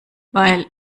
weil